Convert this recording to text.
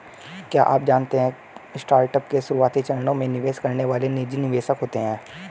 क्या आप जानते है स्टार्टअप के शुरुआती चरणों में निवेश करने वाले निजी निवेशक होते है?